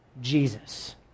Jesus